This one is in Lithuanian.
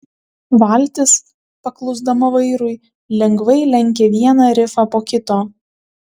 valtis paklusdama vairui lengvai lenkė vieną rifą po kito